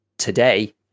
today